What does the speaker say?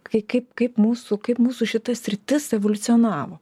kai kaip kaip mūsų kaip mūsų šita sritis evoliucionavo